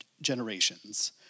generations